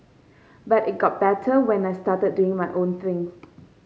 but it got better when I started doing my own thing